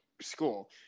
school